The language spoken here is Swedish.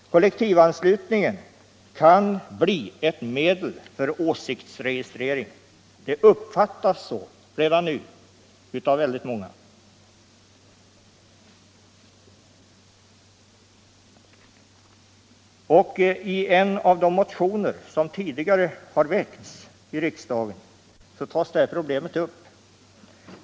Kollektivanslutningen kan bli ett medel för åsiktsregistrering. Den uppfattas så redan nu av väldigt många människor. I en av de motioner som tidigare har väckts i riksdagen tas det här problemet upp.